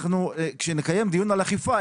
כשנקיים דיון על אכיפה,